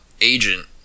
agent